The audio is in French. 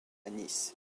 nice